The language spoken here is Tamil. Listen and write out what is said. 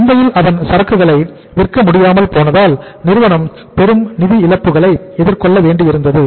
சந்தையில் அதன் சரக்குகளை விற்க முடியாமல் போனதால் நிறுவனம் பெரும் நிதி இழப்புகளை எதிர்கொள்ள வேண்டியிருந்தது